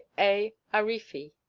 a. aarifi.